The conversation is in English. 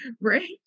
Right